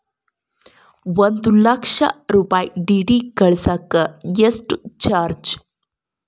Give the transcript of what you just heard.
ಒಂದು ಲಕ್ಷ ರೂಪಾಯಿ ಡಿ.ಡಿ ಕಳಸಾಕ ಎಷ್ಟು ಚಾರ್ಜ್?